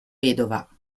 vedova